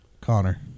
Connor